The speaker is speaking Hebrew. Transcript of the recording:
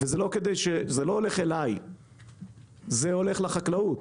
זה לא הולך אלי אלא לחקלאות.